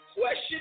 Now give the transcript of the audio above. Question